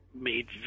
made